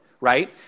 right